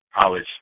college